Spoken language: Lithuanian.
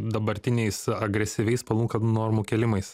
dabartiniais agresyviais palūkanų normų kėlimais